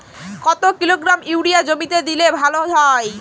কত kilogram urea জমিতে দিলে ভালো হয়?